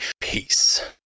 Peace